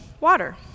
water